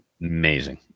Amazing